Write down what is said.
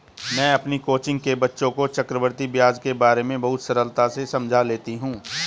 मैं अपनी कोचिंग के बच्चों को चक्रवृद्धि ब्याज के बारे में बहुत सरलता से समझा लेती हूं